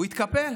הוא התקפל,